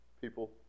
people